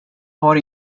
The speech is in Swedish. har